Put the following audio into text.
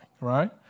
right